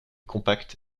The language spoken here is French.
compact